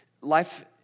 Life